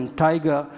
tiger